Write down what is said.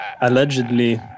allegedly